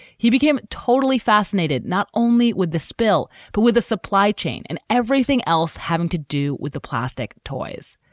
he became totally fascinated not only with the spill, but with a supply chain and everything else having to do with the plastic toys.